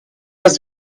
dass